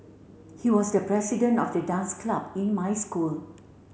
he was the president of the dance club in my school